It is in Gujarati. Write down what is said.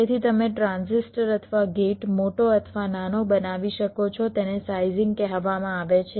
તેથી તમે ટ્રાન્ઝિસ્ટર અથવા ગેટ મોટો અથવા નાનો બનાવી શકો છો તેને સાઇઝિંગ કહેવામાં આવે છે